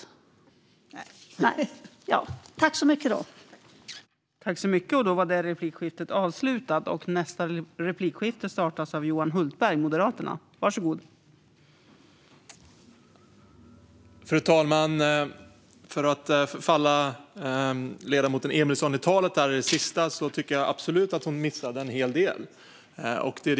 : Nej.)